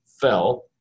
fell